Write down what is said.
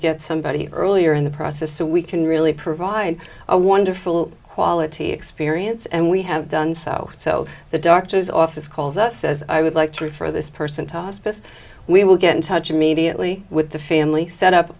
get somebody earlier in the process so we can really provide a wonderful quality experience and we have done so so the doctor's office calls us as i would like to for this person to hospice we will get in touch immediately with the family set up